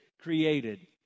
Created